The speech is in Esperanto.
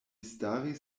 staris